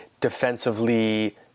defensively